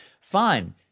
fine